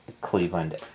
Cleveland